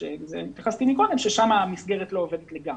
שם המסגרת לא עובדת לגמרי.